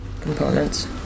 components